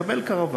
מקבל קרוון,